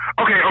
okay